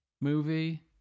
movie